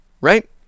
Right